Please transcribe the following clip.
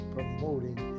Promoting